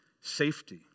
safety